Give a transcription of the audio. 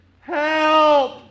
Help